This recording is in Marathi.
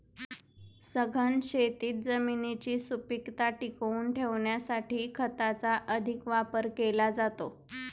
सघन शेतीत जमिनीची सुपीकता टिकवून ठेवण्यासाठी खताचा अधिक वापर केला जातो